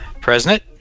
President